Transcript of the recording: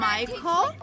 Michael